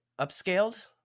upscaled